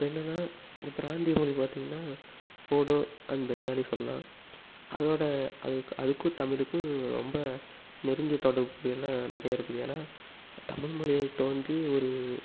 இப்போ என்னான்னா இந்த பிராந்திய மொழி பார்த்திங்கன்னா ஃபோடோ அண்ட் பெங்காலி சொல்லலாம் அதோட அதுக் அதுக்கும் தமிழுக்கும் ரொம்ப நெருங்கிய தொடர்பு எல்லாம் நிறைய இருக்குது ஏன்னா தமிழ்மொழி தோன்றி ஒரு